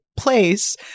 place